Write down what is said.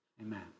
Amen